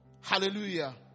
Hallelujah